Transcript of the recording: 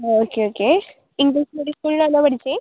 okay okay English medium സ്കൂളിലാണോ പഠിച്ചത്